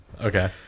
okay